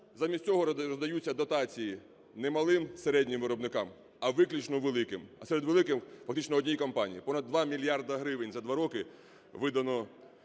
Замість цього роздаються дотації не малим, середнім виробникам, а виключно великим, а серед великих – фактично одній компанії. Понад 2 мільярда гривень за 2 роки видано